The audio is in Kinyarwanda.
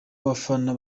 bafana